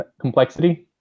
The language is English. complexity